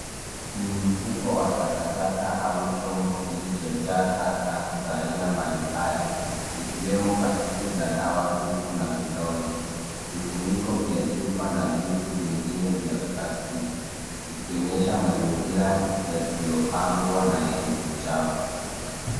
Ni mfuko wa taka taka au chombo kilichojaa taka za aina mbali mbali ikiwemo pakiti za dawa tupu na vidonge vifuniko vya chupa na vitu vingine vya plastiki ikionyesha mazingira yasiopangwa na yenye uchafu